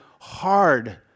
hard